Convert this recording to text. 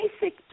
basic